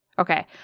Okay